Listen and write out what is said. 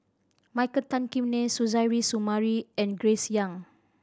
Michael Tan Kim Nei Suzairhe Sumari and Grace Young